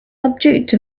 subject